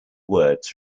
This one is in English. words